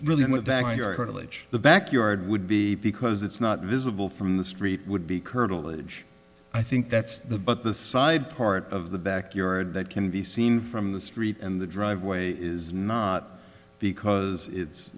courage the backyard would be because it's not visible from the street would be curtilage i think that's the but the side part of the backyard that can be seen from the street and the driveway is not because it's